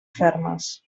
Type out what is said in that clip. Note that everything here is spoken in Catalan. fermes